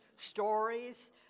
Stories